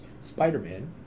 Spider-Man